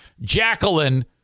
Jacqueline